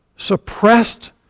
Suppressed